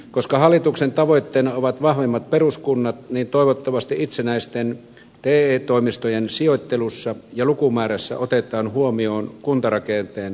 koska hallituksen tavoitteena ovat vahvemmat peruskunnat niin toivottavasti itsenäisten te toimistojen sijoittelussa ja lukumäärässä otetaan huomioon kuntarakenteen tuleva muutos